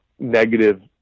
Negative